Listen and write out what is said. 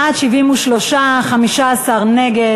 בעד, 73, 15 נגד.